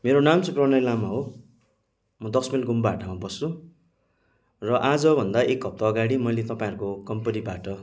मेरो नाम चाहिँ प्रणय लामा हो म दस माइल गुम्बाहट्टामा बस्छु र आज भन्दा एक हप्ता अगाडि मैले तपाईँहरूको कम्पनीबाट